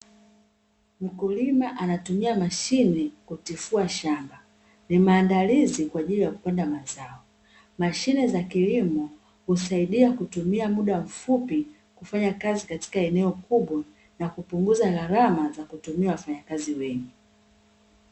Mkulima anatumia mashine kutifua shamba, ni maandalizi kwa ajili ya kupanda mazao. Mashine za kilimo husaidia kutumia muda mfupi kufanya kazi katika eneo kubwa, na kupunguza gharama za kutumia wafanyakazi wengi.